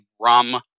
Rum